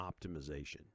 Optimization